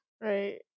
right